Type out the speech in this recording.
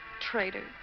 Traitor